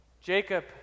Jacob